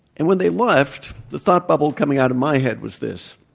and when they left, the thought bubble coming out of my head was this